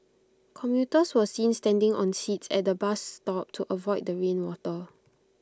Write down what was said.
commuters were seen standing on seats at the bus stop to avoid the rain water